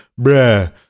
Bruh